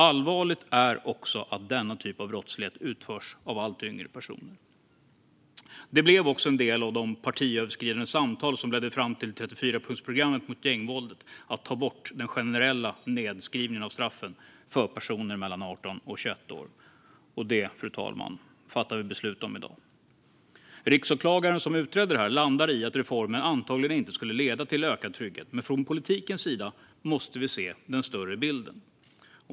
Allvarligt är också att denna typ av brottslighet utförs av allt yngre personer. En del av de partiöverskridande samtal som ledde fram till 34-punktsprogrammet mot gängvåldet blev också att ta bort den generella nedskrivningen av straffen för personer mellan 18 och 21 år. Detta fattar vi beslut om i dag. Riksåklagaren som utredde detta landade i att reformen antagligen inte skulle leda till ökad trygghet, men från politikens sida måste vi se till den större bilden.